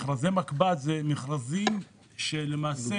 מכרז קרקע בהליך תכנון זה תהליך דו שלבי שיכול להיות שבמקומות